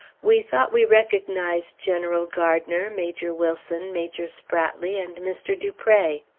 we thought we recognized general gardiner, major wilson, major spratley, and mr. dupre.